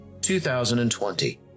2020